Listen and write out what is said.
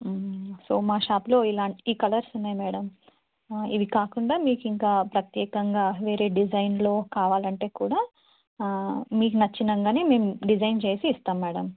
so మా షాప్లో ఇలా ఈ కలర్స్ ఉన్నాయి మేడం ఇవి కాకుండా మీకింకా ప్రత్యేకంగా వేరే డిజైన్లో కావాలంటే కూడా మీకు నచ్చినట్టుగానే మేము డిజైన్ చేసి ఇస్తాం మేడం